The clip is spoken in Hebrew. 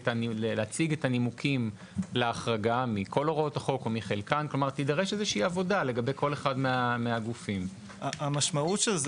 את מחריגה כרגע, ומעבירה בעצם את כל הסמכות.